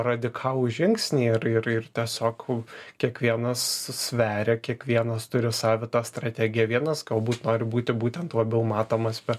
radikalų žingsnį ir ir ir tiesiog kiekvienas sveria kiekvienas turi savitą strategiją vienas galbūt nori būti būtent labiau matomas per